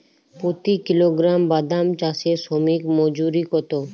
প্রতি কিলোগ্রাম বাদাম চাষে শ্রমিক মজুরি কত?